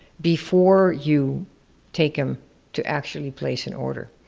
before you take them to actually place an order.